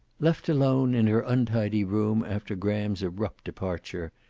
left alone in her untidy room after graham's abrupt departure,